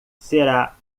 será